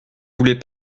voulait